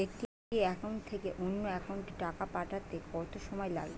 একটি একাউন্ট থেকে অন্য একাউন্টে টাকা পাঠাতে কত সময় লাগে?